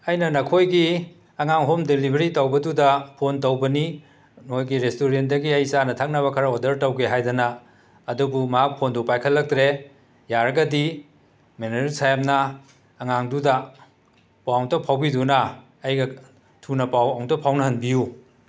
ꯑꯩꯅ ꯅꯈꯣꯏꯒꯤ ꯑꯉꯥꯡ ꯍꯣꯝ ꯗꯦꯂꯤꯕꯔꯤ ꯇꯧꯕꯗꯨꯗ ꯐꯣꯟ ꯇꯧꯕꯅꯤ ꯅꯣꯏꯒꯤ ꯔꯦꯁꯇꯣꯔꯦꯟꯗꯒꯤ ꯆꯥꯅ ꯊꯛꯅꯕ ꯈꯔ ꯑꯣꯗꯔ ꯇꯧꯒꯦ ꯍꯥꯏꯗꯅ ꯑꯗꯨꯕꯨ ꯃꯍꯥꯛ ꯐꯣꯟꯗꯨ ꯄꯥꯏꯈꯠꯂꯛꯇ꯭ꯔꯦ ꯌꯥꯔꯒꯗꯤ ꯃꯦꯅꯦꯔꯔ ꯁꯥꯍꯦꯕꯅ ꯑꯉꯥꯡꯗꯨꯗ ꯄꯥꯎ ꯑꯝꯇ ꯐꯥꯎꯕꯤꯗꯨꯅ ꯑꯩꯒ ꯊꯨꯅ ꯄꯥꯎ ꯑꯃꯨꯛꯇ ꯐꯥꯎꯅꯍꯟꯕꯤꯌꯨ